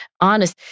honest